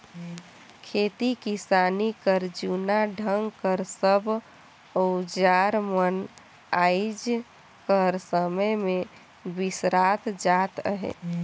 खेती किसानी कर जूना ढंग कर सब अउजार मन आएज कर समे मे बिसरात जात अहे